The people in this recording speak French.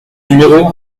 numéro